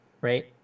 right